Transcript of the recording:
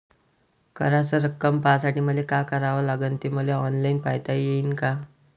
कराच रक्कम पाहासाठी मले का करावं लागन, ते मले ऑनलाईन पायता येईन का?